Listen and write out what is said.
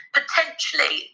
potentially